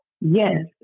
yes